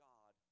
God